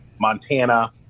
Montana